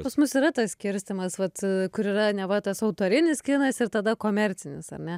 pas mus yra tas skirstymas vat kur yra neva tas autorinis kinas ir tada komercinis ar ne